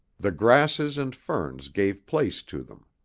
the grasses and ferns gave place to them.